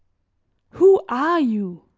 who are you?